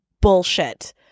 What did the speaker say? bullshit